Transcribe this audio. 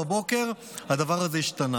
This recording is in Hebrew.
אצלו למוחרת בבוקר, הדבר הזה השתנה.